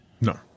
No